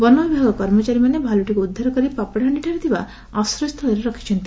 ବନ ବିଭାଗ କର୍ମଚାରୀମାନେ ଭାଲୁଟିକୁ ଉଦ୍ଧାର କରି ପାପଡ଼ାହାଣ୍ଡିଠାରେ ଥିବା ଆଶ୍ରୟସ୍ଥଳରେ ରଖିଛନ୍ତି